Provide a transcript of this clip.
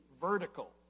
vertical